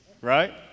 right